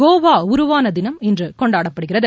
கோவா உருவான தினம் இன்று கொண்டாடப்படுகிறது